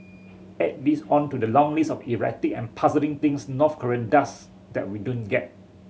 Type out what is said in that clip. add this on to the long list of erratic and puzzling things North Korea does that we don't get